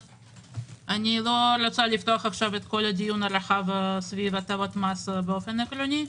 אני לא רוצה לפתוח עכשיו את כל הדיון הרחב סביב הטבות מס באופן עקרוני.